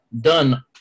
done